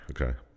Okay